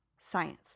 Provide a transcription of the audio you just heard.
science